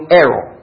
error